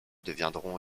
deviendront